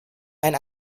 ein